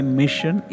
mission